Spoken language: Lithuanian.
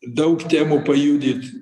daug temų pajudint